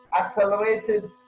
accelerated